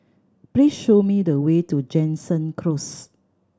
please show me the way to Jansen Close